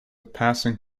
passing